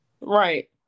Right